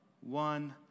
one